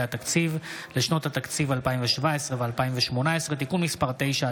התקציב לשנות התקציב 2017 ו-2018) (תיקון מס' 9),